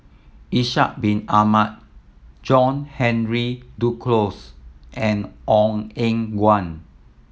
Ishak Bin Ahmad John Henry Duclos and Ong Eng Guan